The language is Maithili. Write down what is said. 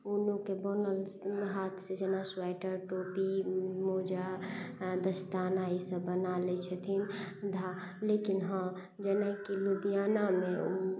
उनोके बनल हाथसँ जेना स्वेटर टोपी मोजा दस्ताना ई सब बना लै छथिन धा लेकिन हँ जेनाकि लुधियानामे